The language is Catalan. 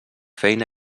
feina